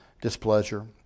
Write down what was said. displeasure